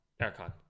Aircon